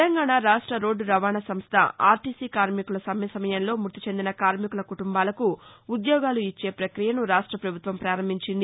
తెలంగాణ రాష్ట రోడ్టు రవాణా సంస్ద ఆర్టీసీ కార్మికుల సమ్మె సమయంలో మృతిచెందిన కార్మికుల కుటుంబాలకు ఉద్యోగాలు ఇచ్చే పక్రియసు రాష్ట పభుత్వం పారంభించింది